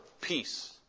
peace